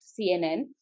cnn